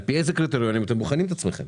על פי איזה קריטריונים אתם בוחנים את עצמכם?